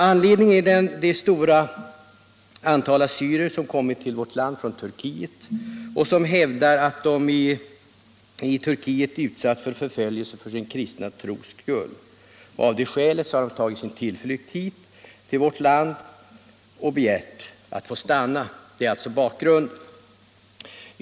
Anledningen är det stora antal assyrier som kommit till vårt land från Turkiet och som hävdar att de i Turkiet utsatts för förföljelse för sin kristna tros skull. Av det skälet har de tagit sin tillflykt till vårt land och begärt att få stanna här.